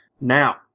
Now